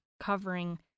covering